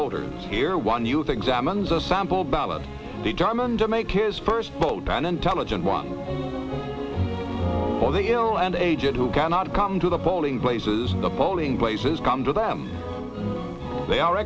voters hear one youth examines a sample ballot determined to make his first vote an intelligent one for the ill and aged who cannot come to the polling places the polling places come to them they are